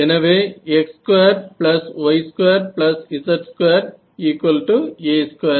எனவே x2y2z2a2